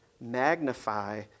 magnify